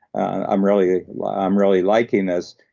i'm really i'm really liking this.